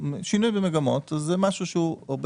אני שואל